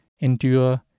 endure